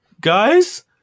guys